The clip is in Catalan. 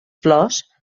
flors